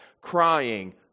crying